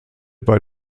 bei